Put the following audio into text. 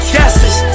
Guesses